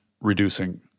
reducing